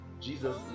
Jesus